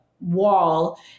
wall